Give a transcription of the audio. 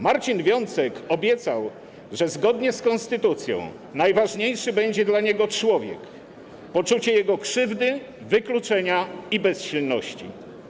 Marcin Wiącek obiecał, że zgodnie z konstytucją najważniejszy będzie dla niego człowiek, poczucie jego krzywdy, wykluczenia i bezsilności.